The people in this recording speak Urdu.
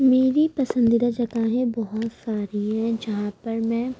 میری پسندرہ جگہیں بہت ساری ہیں جہاں پر میں